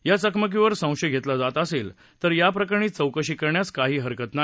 या चकमकीवर संशय धेतला जात असेल तर या प्रकरणी चौकशी करण्यास काही हरकत नाही